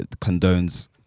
condones